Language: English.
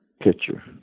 picture